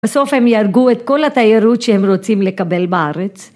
בסוף הם יהרגו את כל התיירות שהם רוצים לקבל בארץ.